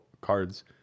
cards